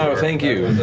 thank you,